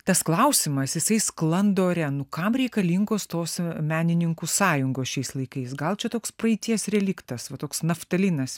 tas klausimas jisai sklando ore nu kam reikalingos tos menininkų sąjungos šiais laikais gal čia toks praeities reliktas va toks naftalinas